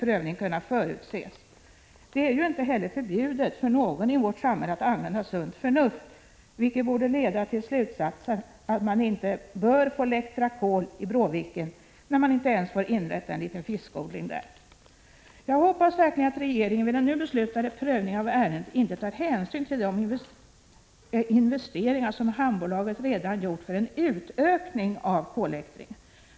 1985/86:128 = är ju inte heller förbjudet för någon i vårt samhälle att använda sunt förnuft — vilket borde leda till slutsatsen att man inte bör få läktra kol i Bråviken, när man inte ens får inrätta en liten fiskodling där. Jag hoppas verkligen att regeringen vid den nu beslutade prövningen av ärendet inte tar hänsyn till de investeringar som hamnbolaget redan gjort för en utökning av kolläktringen.